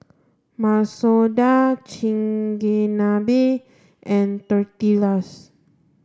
Masoor Dal Chigenabe and Tortillas